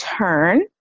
turn